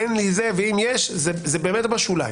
ואם יש, זה באמת בשוליים.